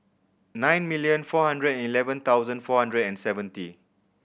nine million four hundred and eleven thousand four hundred and seventy